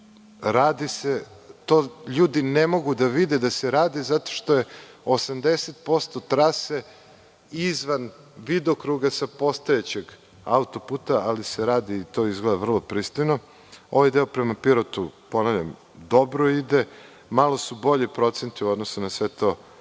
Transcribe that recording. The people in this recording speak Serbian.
izvođače. Ljudi ne mogu da vide da se radi zato što je 80% trase izvan vidokruga sa postojećeg autoputa, ali se radi to izgleda vrlo pristojno. Onaj deo prema Pirotu dobro ide. Malo su bolji procenti u odnosu na sve to